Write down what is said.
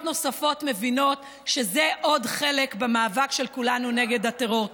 נוספות מבינות שזה עוד חלק במאבק של כולנו נגד הטרור.